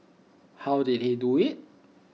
how did he do IT